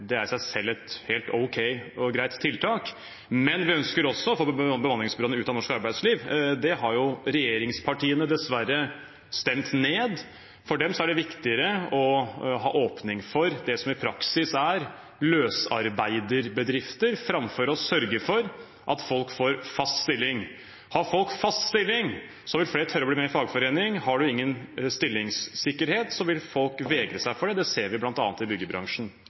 det er i seg selv et helt OK og greit tiltak – og å få bemanningsbyråene ut av norsk arbeidsliv. Det har regjeringspartiene dessverre stemt ned. For dem er det viktigere å ha en åpning for det som i praksis er løsarbeiderbedrifter, enn å sørge for at folk får fast stilling. Hvis folk har fast stilling, vil flere tørre å bli med i en fagforening. Har man ingen stillingssikkerhet, vil man vegre seg for det. Det ser vi bl.a. i byggebransjen.